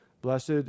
Blessed